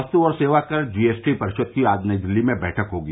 वस्तु और सेवा कर जी एस टी परिषद की आज नई दिल्ली में बैठक होगी